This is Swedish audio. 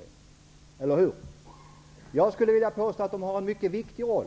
Jag påstår att dessa myndigheter har en viktig roll.